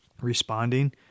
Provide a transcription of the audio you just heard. responding